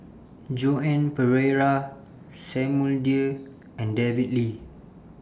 Joan Pereira Samuel Dyer and David Lee